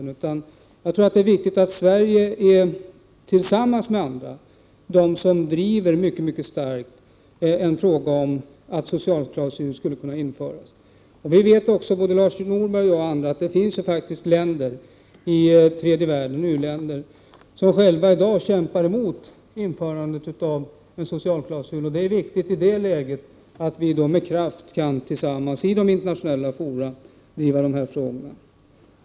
Jag tror därför att det är viktigt att Sverige agerar tillsammans med andra, med dem som mycket starkt driver frågan om att socialklausuler skall införas. Vi vet också — Lars Norberg, jag och andra — att det faktiskt finns utvecklingsländer i tredje världen som i dag själva kämpar emot införandet av en socialklausul. I det läget är det viktigt att vi tillsammans med andra kan driva de här frågorna med kraft i internationella fora.